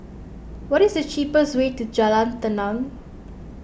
what is the cheapest way to Jalan Tenang